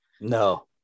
no